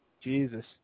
Jesus